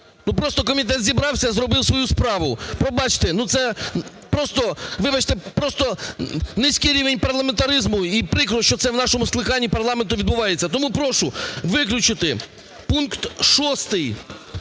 просто комітет зібрався, зробив свою справу. Пробачте, ну це просто… вибачте, просто низький рівень парламентаризму, і прикро, що це в нашому скликанні парламенту відбувається. Тому прошу виключити пункт 6,